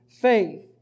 faith